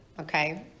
okay